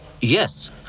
yes